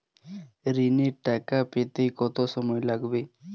ঋণের টাকা পেতে কত সময় লাগবে?